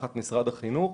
שתחת משרד החינוך.